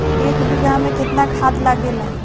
एक बिगहा में केतना खाद लागेला?